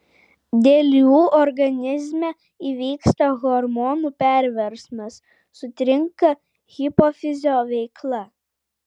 dėl jų organizme įvyksta hormonų perversmas sutrinka hipofizio veikla